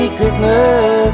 Christmas